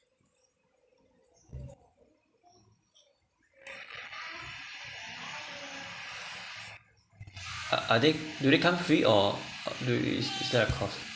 uh are they do they come free or is there a cost